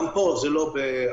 גם פה זה לא בעשרות,